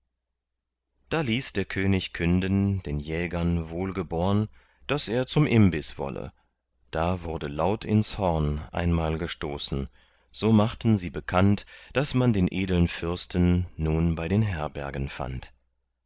da ließ der könig künden den jägern wohlgeborn daß er zum imbiß wolle da wurde laut ins horn einmal gestoßen so machten sie bekannt daß man den edeln fürsten nun bei den herbergen fand